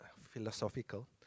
philosophical